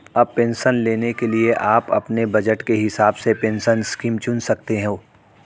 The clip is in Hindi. अब पेंशन लेने के लिए आप अपने बज़ट के हिसाब से पेंशन स्कीम चुन सकते हो